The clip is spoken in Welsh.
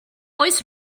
oes